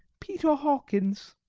peter hawkins.